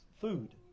food